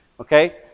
Okay